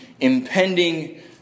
impending